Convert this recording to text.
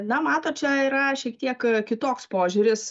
na matot čia yra šiek tiek kitoks požiūris